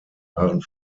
waren